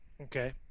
Okay